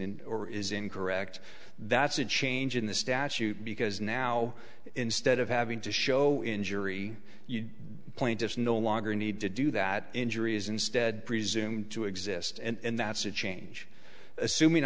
and or is incorrect that's a change in the statute because now instead of having to show injury plaintiffs no longer need to do that injury is instead presumed to exist and that's a change assuming